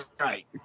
right